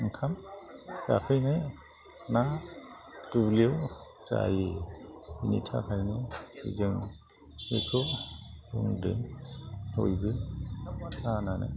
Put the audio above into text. ओंखाम जाफैनो ना दुब्लिआव जायो बिनि थाखायनो जों बेखौ बुंदों बयबो हानानै